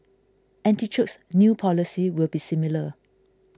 artichoke's new policy will be similar